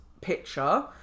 picture